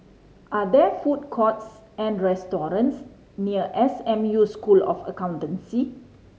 are there food courts or restaurants near S M U School of Accountancy